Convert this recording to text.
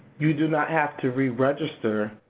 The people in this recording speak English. you do not have to re-register,